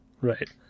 Right